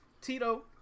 Tito